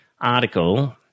article